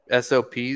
SOPs